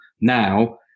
now